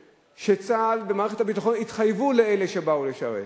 שצה"ל ומערכת הביטחון התחייבו לאלה שבאו לשרת,